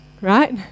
right